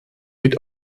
mit